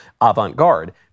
avant-garde